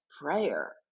prayer